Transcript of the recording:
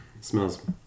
smells